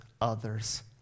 others